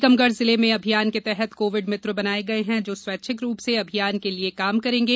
टीकमगढ जिले में अभियान के तहत कोविड मित्र बनाए गये हैं जो स्वेच्छिक रूप से अभियान के लिये काम करेंगे